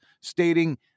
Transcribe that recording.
stating